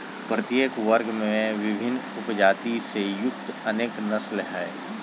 प्रत्येक वर्ग में विभिन्न उपजाति से युक्त अनेक नस्ल हइ